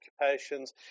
occupations